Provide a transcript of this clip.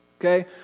okay